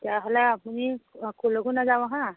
তেতিয়াহ'লে আপুনি ক'লৈকো নাযাব হা